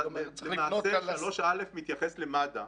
סעיף 3(א) מתייחס למד"א.